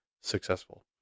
successful